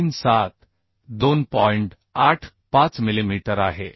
85 millimetre आहे